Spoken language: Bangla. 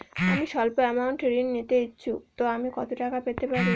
আমি সল্প আমৌন্ট ঋণ নিতে ইচ্ছুক তো আমি কত টাকা পেতে পারি?